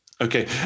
Okay